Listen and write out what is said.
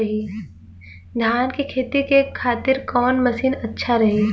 धान के खेती के खातिर कवन मशीन अच्छा रही?